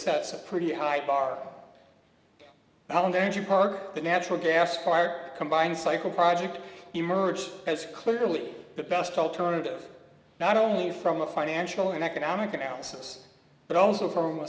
sets a pretty high bar i'm going to park the natural gas fired combined cycle project emerged as clearly the best alternative not only from a financial and economic analysis but also from